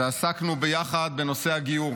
ועסקנו ביחד בנושא הגיור.